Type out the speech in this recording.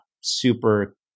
super